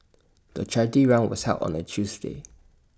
the charity run was held on A Tuesday